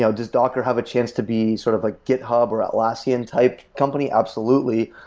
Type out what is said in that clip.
so does docker have a chance to be sort of like github or atlassian type company? absolutely.